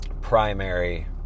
primary